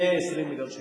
120 מיליון שקל.